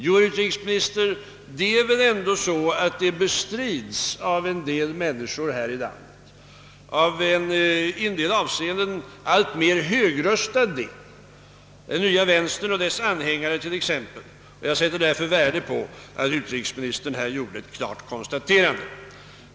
Men, herr utrikesminister, det är nog ändå så, att detta bestrids av en del människor här i landet, av en i somliga avseenden alltmer högröstad del, t.ex. den nya vänstern och dess anhängare som tror att de europeiska demokratierna skulle klara sig lika bra utan USA. Jag sätter därför värde på att utrikesministern här gjort ett klart konstaterande.